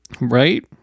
Right